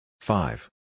Five